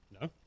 no